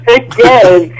again